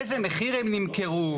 באיזה מחיר הן נמכרו.